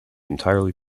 entirely